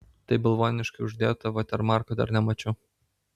taip balvoniškai uždėto vatermarko dar nemačiau